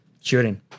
shooting